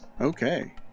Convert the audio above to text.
Okay